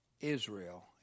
Israel